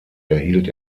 erhielt